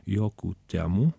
jokių temų